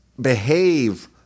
behave